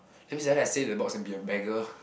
that means like I save the box and be a beggar